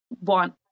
one